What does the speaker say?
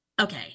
Okay